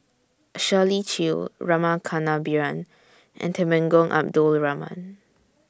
Shirley Chew Rama Kannabiran and Temenggong Abdul Rahman